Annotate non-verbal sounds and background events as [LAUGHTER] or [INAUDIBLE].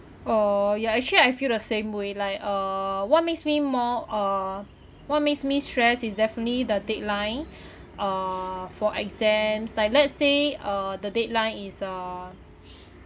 oh ya actually I feel the same way like uh what makes me more uh what makes me stress is definitely the deadline [BREATH] uh for exams like let's say uh the deadline is uh